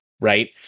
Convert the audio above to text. right